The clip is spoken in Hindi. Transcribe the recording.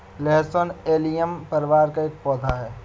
लहसुन एलियम परिवार का एक पौधा है